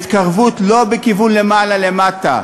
התקרבות לא בכיוון מלמעלה למטה,